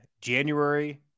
January